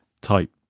type